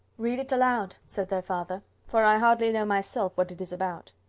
read it aloud, said their father, for i hardly know myself what it is about.